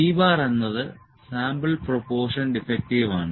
p എന്നത് sample proportion defective ആണ്